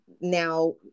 now